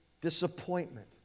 disappointment